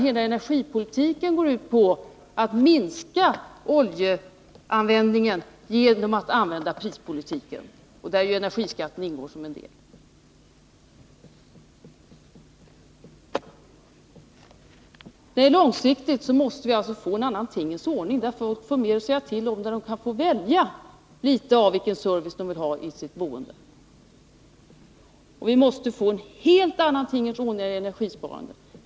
Hela energipolitiken går ut på att minska oljeanvändningen genom att använda prispolitiken, där energiskatten ingår som en del. När det gäller långsiktig planering måste vi få en annan tingens ordning där de boende får mer att säga till om och där de i någon utsträckning kan få välja vilken service de vill ha. Vi måste få en helt annan tingens ordning när det gäller energisparande.